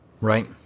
Right